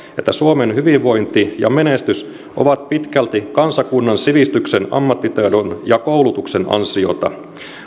että suomen hyvinvointi ja menestys ovat pitkälti kansakunnan sivistyksen ammattitaidon ja koulutuksen ansiota